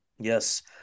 Yes